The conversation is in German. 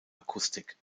akustik